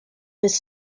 his